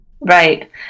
Right